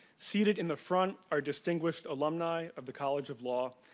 seated in the front are distinguished alumni of the college of law,